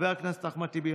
חברת הכנסת אחמד טיבי,